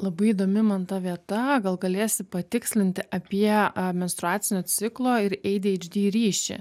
labai įdomi man ta vieta gal galėsi patikslinti apie menstruacinio ciklo ir adhd ryšį